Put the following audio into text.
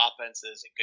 offenses